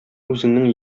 үзеңнең